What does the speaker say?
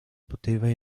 poteva